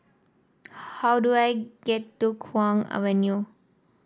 how do I get to Kwong Avenue